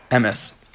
MS